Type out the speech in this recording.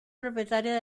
propietaria